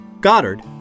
Goddard